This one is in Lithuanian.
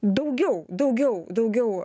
daugiau daugiau daugiau